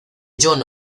john